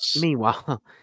meanwhile